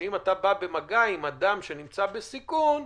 שאם אתה בא במגע עם אדם שנמצא בסיכון,